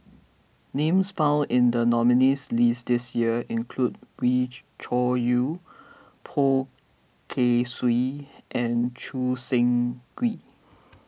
names found in the nominees' list this year include Wee Cho Yaw Poh Kay Swee and Choo Seng Quee